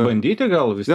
bandyti gal visvien